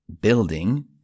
building